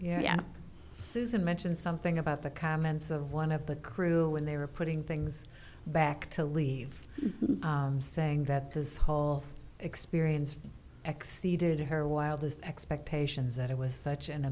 susan mentioned something about the comments of one of the crew when they were putting things back to leave saying that this whole experience exceeded her wildest expectations that it was such an